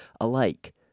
alike